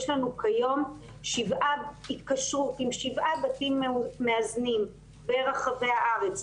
יש לנו כיום התקשרות עם שבעה בתים מאזנים ברחבי הארץ,